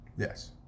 Yes